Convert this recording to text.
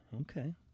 okay